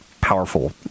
powerful